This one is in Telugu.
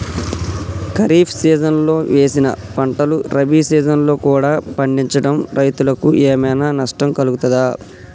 ఖరీఫ్ సీజన్లో వేసిన పంటలు రబీ సీజన్లో కూడా పండించడం రైతులకు ఏమైనా నష్టం కలుగుతదా?